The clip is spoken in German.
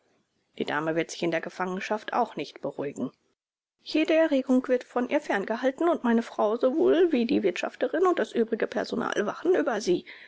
die dame wird sich in der gefangenschaft auch nicht beruhigen jede erregung wird von ihr ferngehalten und meine frau sowohl wie die wirtschafterin und das übrige personal wachen über sie